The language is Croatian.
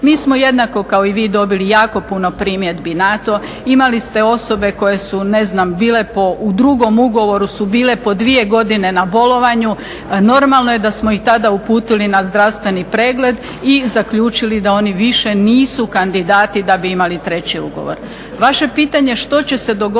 Mi smo jednako kao i vi dobili jako puno primjedbi na to. Imali ste osobe koje su u drugom ugovoru bile po dvije godine na bolovanju. Normalno je da smo ih tada uputili na zdravstveni pregled i zaključili da oni više nisu kandidati da bi imali treći ugovor.